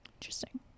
Interesting